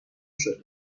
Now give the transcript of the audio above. شده